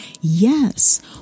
yes